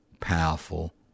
powerful